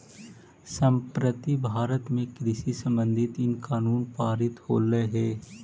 संप्रति भारत में कृषि संबंधित इन कानून पारित होलई हे